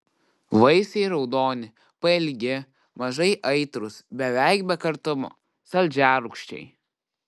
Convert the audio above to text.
vaisiai raudoni pailgi mažai aitrūs beveik be kartumo saldžiarūgščiai